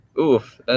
oof